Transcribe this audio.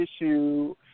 issue